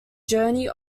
journey